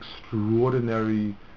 extraordinary